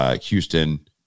Houston